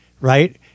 right